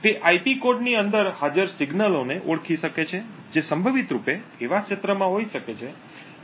તે IP કોડની અંદર હાજર સિગ્નલોને ઓળખી શકે છે જે સંભવિત રૂપે એવા ક્ષેત્રમાં હોઈ શકે છે જ્યાં ટ્રોજન શામેલ હોઈ શકે છે